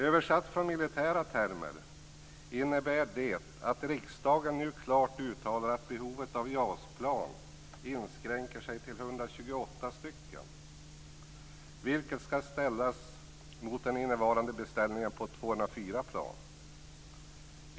Översatt från militära termer innebär det att riksdagen nu klart uttalar att behovet av JAS-plan inskränker sig till 128 stycken, vilket ska ställas mot den innevarande beställningen på 204 plan.